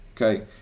okay